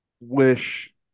wish